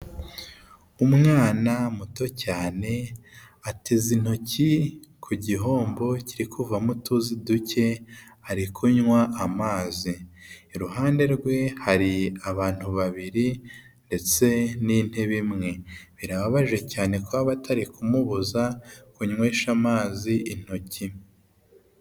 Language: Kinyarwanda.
Umwana muto cyane ateze intoki ku gihombo kiri kuvamo utuzi duke ari kunywa amazi, iruhande rwe hari abantu babiri ndetse n'intebe imwe, birababaje cyane kuba batari kumubuza kunywesha amazi intoki.